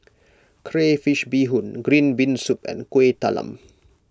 Crayfish BeeHoon Green Bean Soup and Kuih Talam